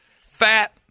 fat